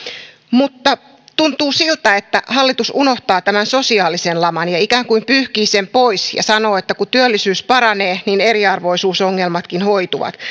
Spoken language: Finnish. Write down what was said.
mutta tuntuu siltä että hallitus unohtaa sosiaalisen laman ja ikään kuin pyyhkii sen pois ja sanoo että kun työllisyys paranee niin eriarvoisuusongelmatkin hoituvat